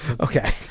Okay